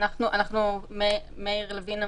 מאיר לוין,